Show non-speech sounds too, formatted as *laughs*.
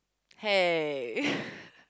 hey *laughs*